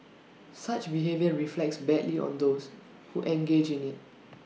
such behaviour reflects badly on those who engage in IT